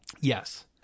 Yes